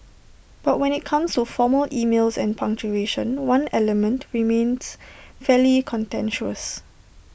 but when IT comes to formal emails and punctuation one element remains fairly contentious